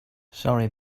sorry